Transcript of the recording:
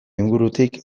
ingurutik